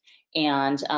and,